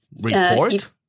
Report